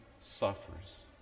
suffers